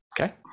Okay